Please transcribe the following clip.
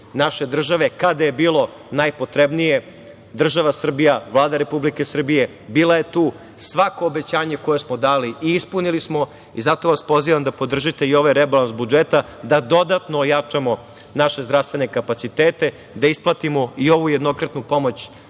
naše države. Kada je bilo najpotrebnije država Srbija, Vlada Republike Srbije bila je tu, svako obećanje koje smo dali i ispunili smo. Zato vas pozivam da podržite i ovaj rebalans budžeta, da dodatno ojačamo naše zdravstvene kapacitete, da isplatimo i ovu jednokratnu pomoć